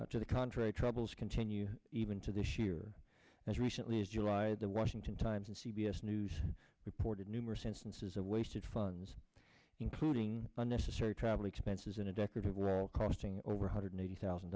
not to the contrary troubles continue even to this year as recently as july the washington times and c b s news reported numerous instances of wasted funds including unnecessary travel expenses in a decorative well costing over hundred eighty thousand